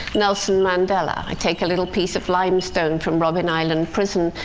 nelson mandela i take a little piece of limestone from robben island prison,